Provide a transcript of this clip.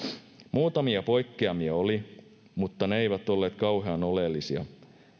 muutamia poikkeamia oli mutta ne eivät olleet kauhean oleellisia